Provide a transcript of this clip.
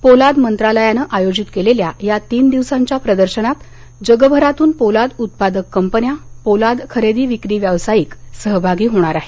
पोलाद मंत्रालयानं आयोजित केलेल्या या तीन दिवसांच्या प्रदर्शनात जगभरातून पोलाद उत्पादक कंपन्या पोलाद खरेदी विक्री व्यावसायिक सहभागी होणार आहेत